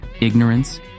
ignorance